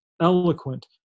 eloquent